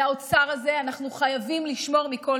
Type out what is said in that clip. על האוצר הזה אנחנו חייבים לשמור מכל